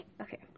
Okay